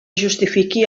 justifiqui